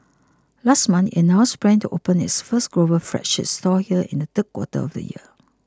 last month it announced plans to open its first global flagship store here in the third quarter of this year